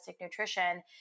nutrition